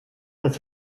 das